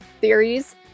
theories